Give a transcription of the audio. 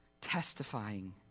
testifying